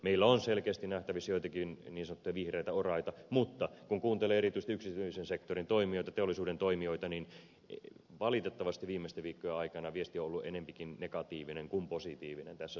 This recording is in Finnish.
meillä on selkeästi nähtävissä joitakin niin sanottuja vihreitä oraita mutta kun kuuntelee erityisesti yksityisen sektorin toimijoita teollisuuden toimijoita niin valitettavasti viimeisten viikkojen aikana viesti on ollut enempikin negatiivinen kuin positiivinen tässä suhteessa